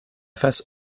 face